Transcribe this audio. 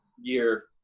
year